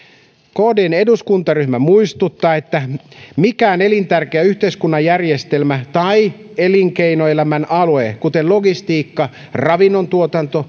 kdn eduskuntaryhmä muistuttaa että mikään elintärkeä yhteiskunnan järjestelmä tai elinkeinoelämän alue kuten logistiikka ravinnontuotanto